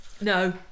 No